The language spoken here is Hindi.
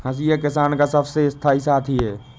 हंसिया किसान का सबसे स्थाई साथी है